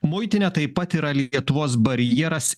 muitinė taip pat yra lietuvos barjeras